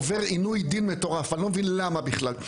עובר עינוי דין מטורף, אני לא מבין למה בכלל.